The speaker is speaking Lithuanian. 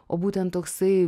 o būtent toksai